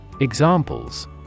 Examples